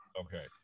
Okay